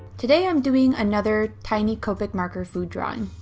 today i'm doing another tiny copic marker food drawing.